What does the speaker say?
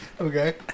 Okay